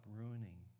ruining